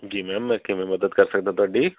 ਜੀ ਮੈਮ ਮੈਂ ਕਿਵੇਂ ਮਦਦ ਕਰ ਸਕਦਾ ਤੁਹਾਡੀ